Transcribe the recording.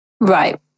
Right